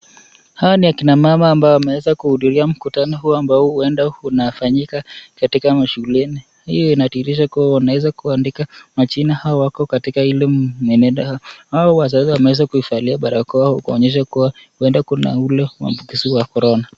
Hawa ni akina mama ambao wameweza kuhudhuria mkutano huu ambao huenda unafanyika katika mashuleni, hiyo inathiirisha kuwa unaweza kuandika majina au wako katika hile mienendo au wazazi wameweza kuivalia barakoa kuonyesha kuwa uenda kuna ule uambukizi wa corona.